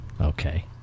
Okay